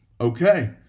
Okay